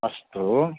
अस्तु